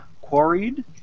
quarried